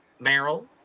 Meryl